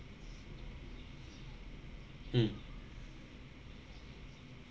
mm